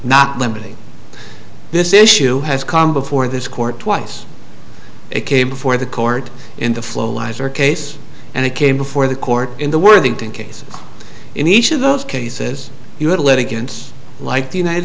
not limiting this issue has come before this court twice it came before the court in the flow lizer case and it came before the court in the worthington case in each of those cases you had a litigant like the united